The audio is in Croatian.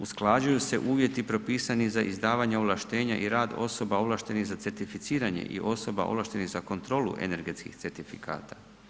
Usklađuju se uvjeti propisani za izdavanje ovlaštenja i rad osoba ovlaštenih za certificiranje i osoba ovlaštenih za kontrolu energetskih certifikata.